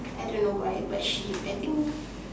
I don't know why but she I think